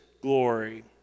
glory